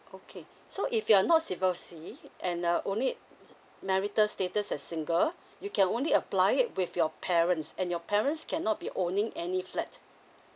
okay so if you're not divorcee and uh only marital status as single you can only apply it with your parents and your parents cannot be owning any flat